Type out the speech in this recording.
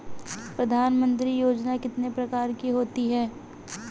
प्रधानमंत्री योजना कितने प्रकार की होती है?